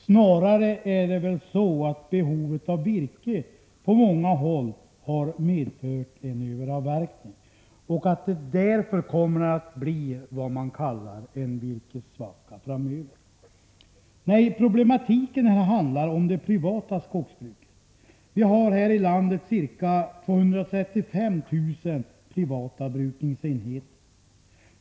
Snarare är det väl så, att behovet av virke på många håll har medfört en överavverkning och att det därför kommer att bli vad man kallar en virkessvacka framöver. Nej, problematiken gäller det privata skogsbruket. Vi har här i landet ca 235 000 privata brukningsenheter.